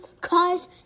cause